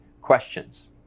Questions